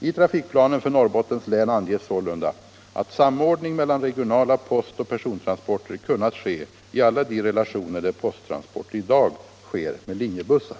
I trafikplanen för Norrbottens län anges sålunda att samordning mellan regionala postoch persontransporter kunnat ske i alla de relationer där posttransporter i dag sker med linjebussar.